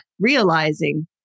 realizing